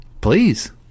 Please